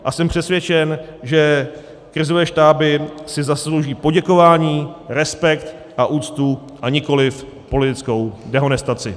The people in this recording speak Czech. A jsem přesvědčen, že krizové štáby si zaslouží poděkování, respekt a úctu, a nikoliv politickou dehonestaci.